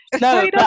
No